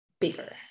bigger